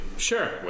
Sure